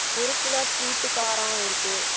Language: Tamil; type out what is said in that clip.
முறுக்கில் ஸ்வீட்டு காரம் இருக்குது